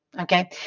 Okay